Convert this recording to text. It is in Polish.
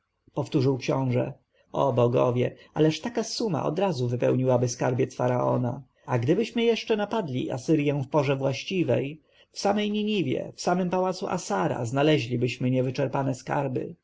powtórzył książę o bogowie ależ taka suma odrazu wypełniłaby skarbiec faraona a gdybyśmy jeszcze napadli asyrję w porze właściwej w samej niniwie w samym pałacu assara znaleźlibyśmy niewyczerpane skarby